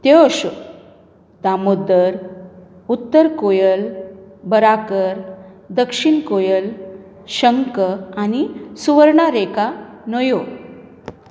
त्यो अश्यो दामोदर उत्तर कोयल बराकर दक्षिण कोयल शंख आनी सुवर्णरेखा न्हंयो